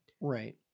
Right